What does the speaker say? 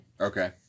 Okay